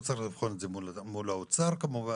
הוא צריך לבחון את זה מול האוצר כמובן,